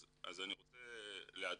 אז אני רוצה לעדכן,